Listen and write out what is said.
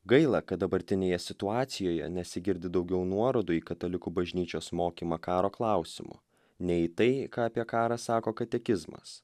gaila kad dabartinėje situacijoje nesigirdi daugiau nuorodų į katalikų bažnyčios mokymą karo klausimu nei į tai ką apie karą sako katekizmas